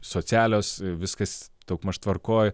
socialios viskas daugmaž tvarkoj